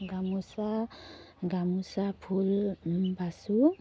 গামোচা গামোচা ফুল বাচোঁ